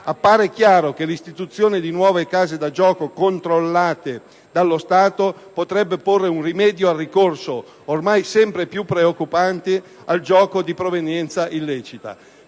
Appare chiaro che l'istituzione di nuove case da gioco controllate dallo Stato potrebbe porre un rimedio al ricorso, ormai sempre più preoccupante, al gioco di provenienza illecita.